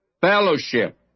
fellowship